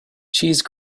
cheese